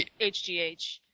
hgh